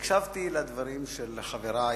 הקשבתי לדברים של חברי